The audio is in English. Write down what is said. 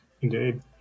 Indeed